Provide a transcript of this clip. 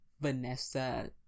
vanessa